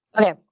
Okay